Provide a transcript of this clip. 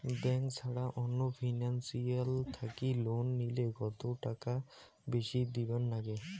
Bank ছাড়া অন্য financial থাকি লোন নিলে কতটাকা বেশি দিবার নাগে?